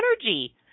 energy